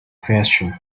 question